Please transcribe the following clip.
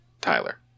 Tyler